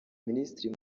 minisitiri